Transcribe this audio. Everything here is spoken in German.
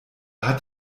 hat